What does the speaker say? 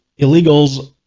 illegals